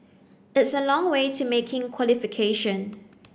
it's a long way to making qualification